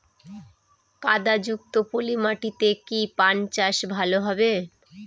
কাদা যুক্ত পলি মাটিতে কি পান চাষ ভালো হবে?